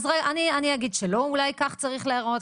אז אני אגיד שלא אולי כך זה צריך להיראות.